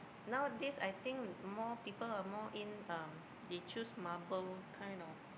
nowadays I think more people are more in um they choose marble kind of